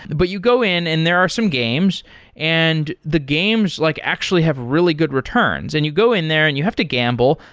but you go in and there are some games and the games like actually have really good returns. and you go in there and you have to gamble,